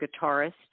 guitarist